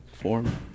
form